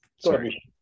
sorry